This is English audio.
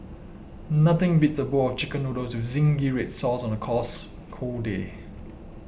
nothing beats a bowl of Chicken Noodles with Zingy Red Sauce on a cause cold day